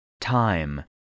Time